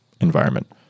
environment